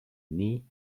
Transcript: nii